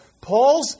Paul's